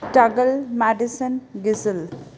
toggle medicine ਗਿਸਲ